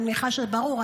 אני מניחה שזה ברור,